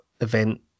event